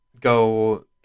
go